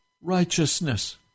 righteousness